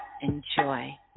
enjoy